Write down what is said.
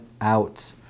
out